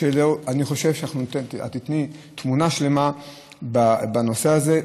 ואני חושב שאת תיתני תמונה שלמה בנושא הזה.